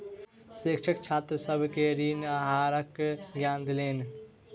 शिक्षक छात्र सभ के ऋण आहारक ज्ञान देलैन